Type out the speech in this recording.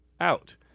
out